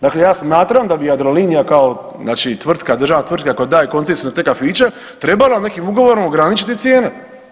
Dakle, ja smatram da bi Jadrolinija kao znači tvrtka, državna tvrtka koja daje koncesiju na te kafiće trebala nekim ugovorom ograničiti cijene.